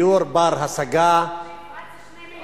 דיור בר-השגה, מה פתאום, באפרת זה 1.2 מיליון.